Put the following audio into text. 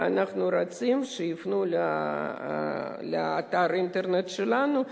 ואנחנו רוצים שיפנו לאתר האינטרנט שלנו,